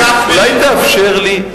חבר הכנסת גפני, אולי תאפשר לי?